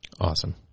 Awesome